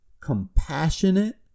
compassionate